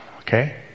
okay